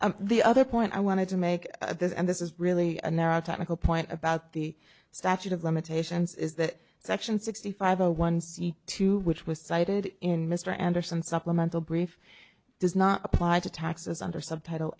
it the other point i wanted to make this and this is really a narrow technical point about the statute of limitations is that section sixty five zero one c two which was cited in mr anderson supplemental brief does not apply to taxes under subtitle